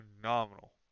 phenomenal